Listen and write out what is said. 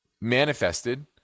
manifested